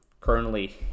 currently